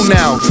now